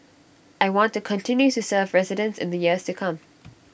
I want to continue to serve residents in the years to come